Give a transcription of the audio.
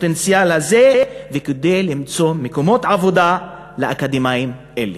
הפוטנציאל הזה וכדי למצוא מקומות עבודה לאקדמאים אלה.